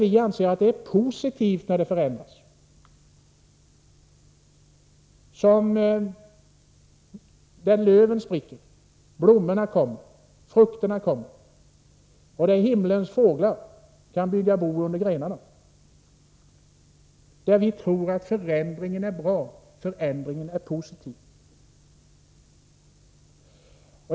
Vi anser att det är positivt när det förändras — när löven spricker, när blommorna och frukterna kommer och då himmlens fåglar kan bygga bo under grenarna. Vi tror att förändringen är positiv.